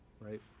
right